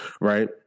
right